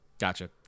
Gotcha